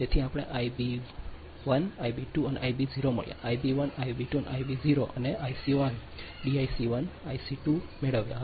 તેથી આપણે IB 1 IB 2 આઇબો0 મળ્યા આઇબી1 આઇબી 2 આઇબી 0 અમે આઇસી1 ડીઆઈસી 2 આઇસી1 મેળવ્યાં